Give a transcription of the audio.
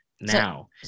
now